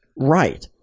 Right